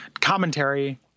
commentary